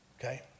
Okay